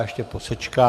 Ještě posečkám...